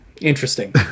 interesting